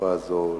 לתקופה הזאת,